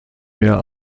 mehr